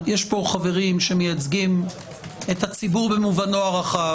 יש פה חברים שמייצגים את הציבור במובנו הרחב,